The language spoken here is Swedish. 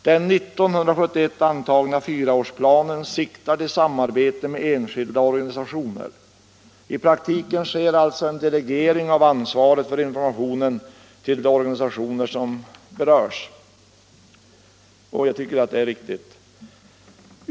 Den 1971 antagna fyraårsplanen siktar till samarbete med enskilda organisationer; i praktiken sker alltså en delegering av ansvaret för informationen till de organisationer som berörs, och jag tycker att det är riktigt.